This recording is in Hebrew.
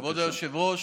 כבוד היושב-ראש,